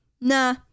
nah